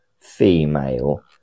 female